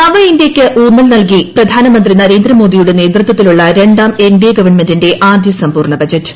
നവ ഇന്തൃയ്ക്ക് ഊന്നൽ നൽകി പ്രധാനമന്ത്രി നരേന്ദ്രമോദിയുടെ നേതൃത്വത്തിലുള്ള രണ്ടാം എൻ ഡി എ ഗവൺമെന്റിന്റെ ആദ്യ സമ്പൂർണ ബജറ്റ്